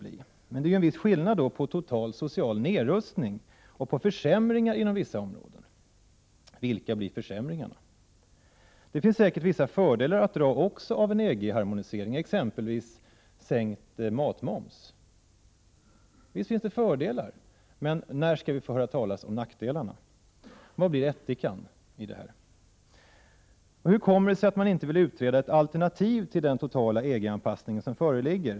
Men det är ju en viss skillnad mellan total social nedrustning och försämringar inom vissa områden. Vilka blir försämringarna? Det finns säkert också vissa fördelar med en EG-harmonisering — exempelvis sänkt matmoms. Men när skall vi få höra talas om nackdelarna? Vad är det som blir ättikan i det sammanhanget? Hur kommer det sig att man inte vill utreda ett alternativ till den totala EG-anpassning som föreligger?